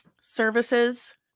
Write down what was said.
services